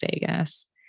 Vegas